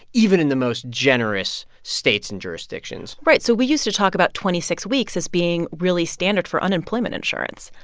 even in the most generous states and jurisdictions right. so we used to talk about twenty six weeks as being really standard for unemployment insurance.